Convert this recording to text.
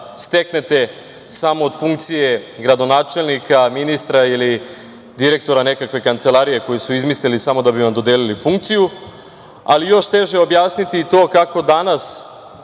steknete samo od funkcije gradonačelnika, ministra ili direktora neke kancelarije koju su izmislili samo da bi vam dodelili funkciju, ali još teže je objasniti to kako se danas